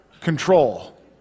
control